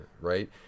right